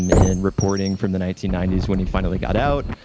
um in reporting from the nineteen ninety s when he finally got out,